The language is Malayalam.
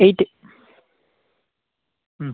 എയിറ്റ് മ്